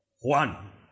juan